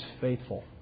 faithful